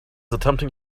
attempting